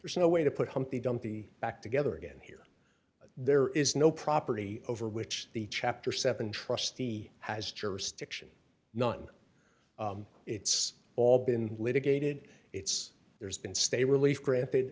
there's no way to put humpty dumpty back together again here but there is no property over which the chapter seven trustee has jurisdiction none it's all been litigated it's there's been stay relief granted